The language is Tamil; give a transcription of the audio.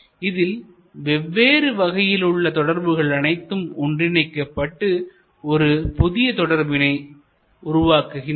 இதில் வெவ்வேறு வகையில் உள்ள தொடர்புகள் அனைத்தும் ஒன்றிணைக்கப்பட்டு ஒரு புதிய தொடர்பினை உருவாக்குகின்றன